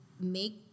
make